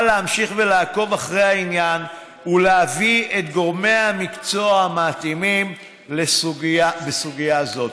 להמשיך לעקוב אחר העניין ולהביא את גורמי המקצוע המתאימים לסוגיה זו.